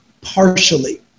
partially